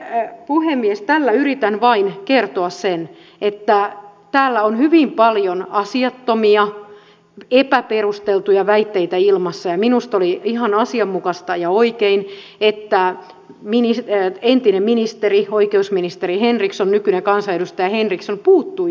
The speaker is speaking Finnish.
tällä yritän vain kertoa sen että täällä on hyvin paljon asiattomia epäperusteltuja väitteitä ilmassa ja minusta oli ihan asianmukaista ja oikein että entinen ministeri oikeusministeri henriksson nykyinen kansanedustaja henriksson puuttui tähän